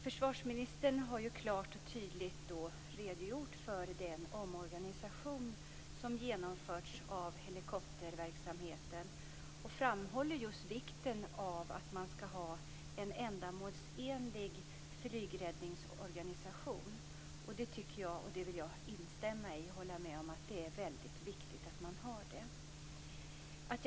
Försvarsministern har klart och tydligt redogjort för den omorganisation som har genomförts av helikopterverksamheten och framhåller just vikten av att man skall ha en ändamålsenlig flygräddningsorganisation. Det vill jag instämma i; det är väldigt viktigt att man har det.